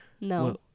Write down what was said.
No